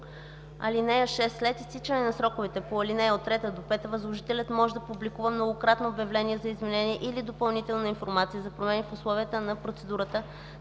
(6) След изтичането на сроковете по ал. 3-5 възложителят може да публикува многократно обявления за изменение или допълнителна информация за промени в условията на процедурата